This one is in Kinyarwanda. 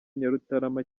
nyarutarama